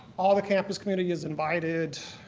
all the campus community is invited.